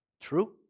True